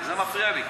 זה מפריע לי.